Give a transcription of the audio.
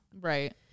Right